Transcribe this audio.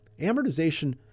amortization